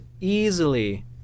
easily